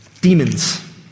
demons